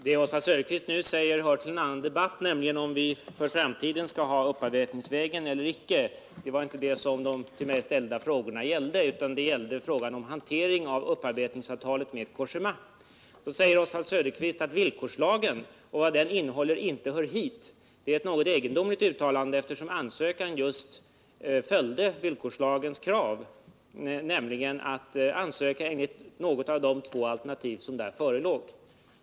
Herr talman! Det Oswald Söderqvist sade senast, om vi för framtiden skall välja upparbetningsvägen eller inte, hör till en annan debatt. De frågor som ställdes till mig gällde inte detta utan problemet med hantering av upparbet ningsavtalet med Cogéma. Oswald Söderqvist säger att villkorslagens innehåll inte hör hit. Det är ett något egendomligt uttalande, eftersom ansökan just följde villkorslagens krav, nämligen att ansöka enligt något av de två alternativ som där förelåg.